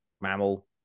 mammal